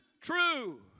true